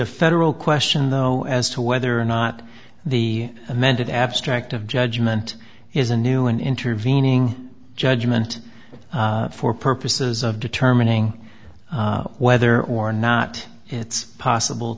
a federal question though as to whether or not the amended abstract of judgment is a new an intervening judgment for purposes of determining whether or not it's possible